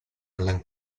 allan